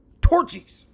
Torchies